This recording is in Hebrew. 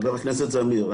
חבר הכנסת זמיר,